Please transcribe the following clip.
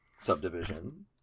subdivision